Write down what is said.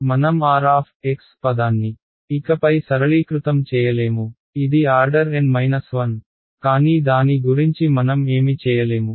మనం r పదాన్ని ఇకపై సరళీకృతం చేయలేము ఇది ఆర్డర్ N 1 కానీ దాని గురించి మనం ఏమి చేయలేము